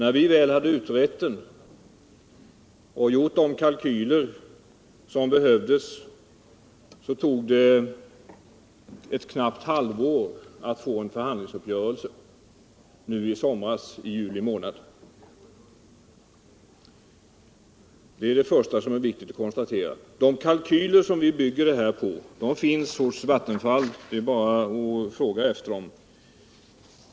När vi väl hade utrett den och gjort de kalkyler som behövdes tog det ett knappt halvår att få en förhandlingsuppgörelse nu i somras i juli månad. Det är det första som är viktigt att konstatera. De kalkyler som vi bygger detta på finns hos Vattenfall — det är bara att fråga efter dem.